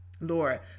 Lord